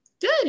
good